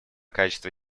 качество